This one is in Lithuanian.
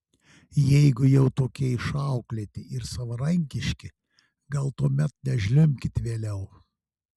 jeigu jau tokie išauklėti savarankiški gal tuomet nežliumbkit vėliau